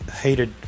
heated